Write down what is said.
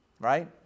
right